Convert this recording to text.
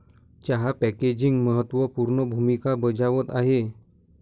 चहा पॅकेजिंग महत्त्व पूर्ण भूमिका बजावत आहे